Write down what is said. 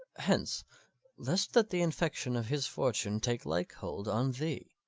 hence lest that the infection of his fortune take like hold on thee.